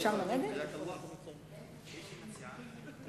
תודה רבה, גברתי.